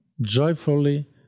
joyfully